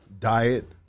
Diet